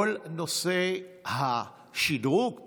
כל נושא השדרוג,